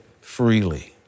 freely